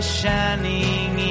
shining